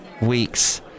weeks